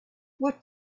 what